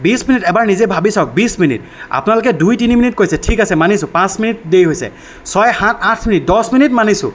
বিশ মিনিট এবাৰ নিজে ভাবি চাওক বিশ মিনিট আপোনালোকে দুই তিনি মিনিট কৈছে ঠিক আছে মানিছো পাঁচ মিনিট দেৰি হৈছে ছয় সাত আঠ দহ মিনিট মানিছোঁ